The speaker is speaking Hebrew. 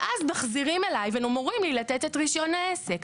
ואז מחזירים אליי ואומרים לי לתת את רישיון העסק.